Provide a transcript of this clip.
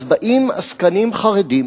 אז באים עסקנים חרדים